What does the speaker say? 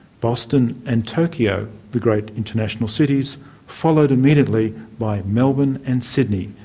boston and tokyo the great international cities followed immediately by melbourne and sydney,